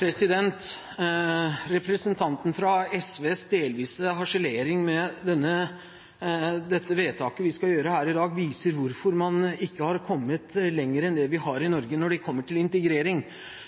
minutter. Representanten fra SVs delvise harselering med vedtaket vi skal gjøre her i dag, viser hvorfor man ikke har kommet lenger enn man har i Norge når det kommer til integrering.